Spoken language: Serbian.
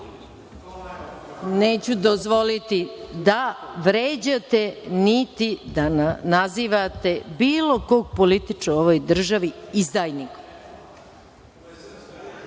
Neću dozvoliti da vređate, niti da nazivate bilo kog političara u ovoj državi izdajnikom.(Slaviša